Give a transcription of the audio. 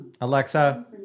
Alexa